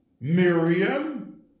Miriam